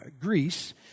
Greece